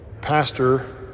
pastor